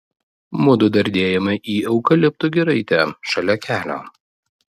mudu dardėjome į eukaliptų giraitę šalia kelio